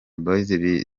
boys